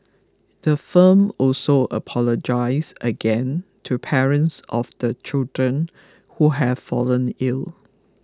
the firm also apologised again to parents of the children who have fallen ill